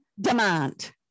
demand